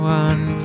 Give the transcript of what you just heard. one